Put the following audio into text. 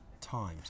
times